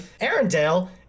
Arendelle